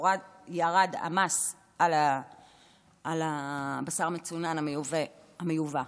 ירד המס על הבשר מצונן המיובא,